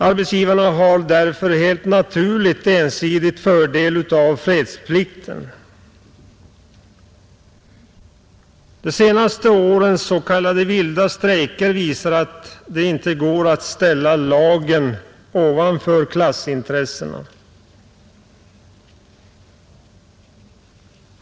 Arbetsgivarna har därför helt naturligt ensidigt fördel av fredsplikten. De senaste årens s.k. vilda strejker visar att det inte går att ställa lagen ovanför klassintressena.